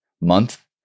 month